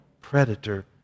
predator